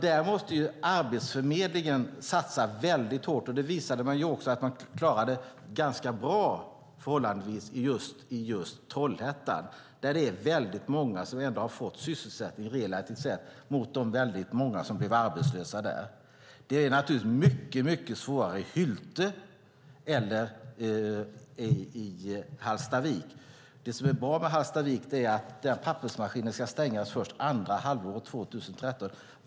Där måste Arbetsförmedlingen satsa mycket hårt, och det visade man också att man klarade förhållandevis bra i just Trollhättan. Där har många ändå fått sysselsättning relativt de väldigt många som blev arbetslösa där. Det är naturligtvis mycket svårare i Hylte eller Hallstavik. Det som är bra med Hallstavik är att pappersmaskinen ska stängas av först andra halvåret 2013.